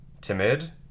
Timid